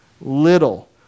little